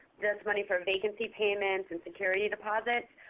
this money for vacancy payments and security deposits.